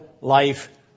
life